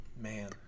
man